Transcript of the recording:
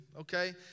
okay